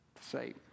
Say